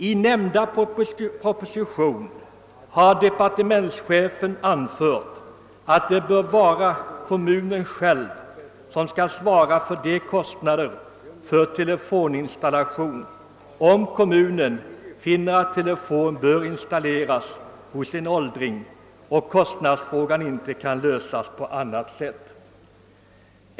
I nämnda proposition har departementschefen anfört att det bör vara kommunen själv som skall svara för kostnaderna för telefoninstallation, om den finner att telefon bör installeras hos en åldring och kostnadsfrågan inte kan lösas på annat sätt.